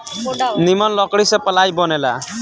निमन लकड़ी से पालाइ बनेला